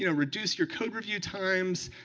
you know reduce your code review times.